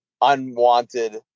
unwanted